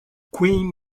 queen